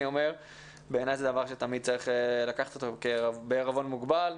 אני אומר שבעיניי זה דבר שתמיד צריך לקחת אותו בערבון מוגבל.